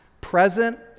present